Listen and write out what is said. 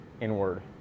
inward